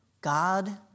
God